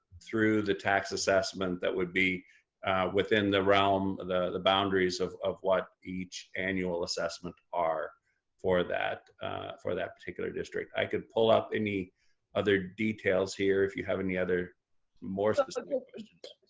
through the tax assessment that would be within the realm, the the boundaries of of what each annual assessment are for that for that particular district. i could pull up any other details here if you have any other more like more questions.